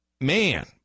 man